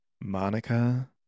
Monica